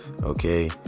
Okay